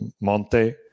Monte